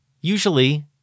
usually